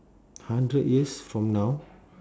hundred years from now